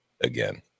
again